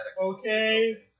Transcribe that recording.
Okay